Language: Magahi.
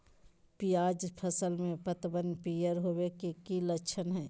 प्याज फसल में पतबन पियर होवे के की लक्षण हय?